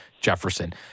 Jefferson